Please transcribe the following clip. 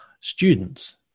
students